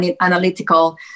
analytical